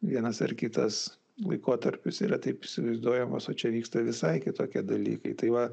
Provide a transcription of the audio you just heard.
vienas ar kitas laikotarpis yra taip įsivaizduojamas o čia vyksta visai kitokie dalykai tai va